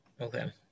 Okay